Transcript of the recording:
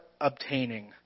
obtaining